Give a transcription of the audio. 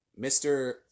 Mr